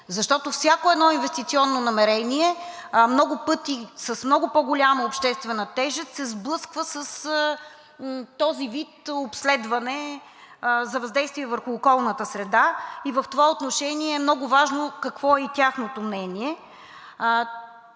защото всяко едно инвестиционно намерение много пъти, с много по-голяма обществена тежест, се сблъсква с този вид обследване за въздействие върху околната среда. В това отношение е много важно какво е и тяхното мнение,